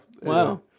Wow